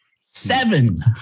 Seven